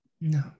no